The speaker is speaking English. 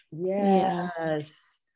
Yes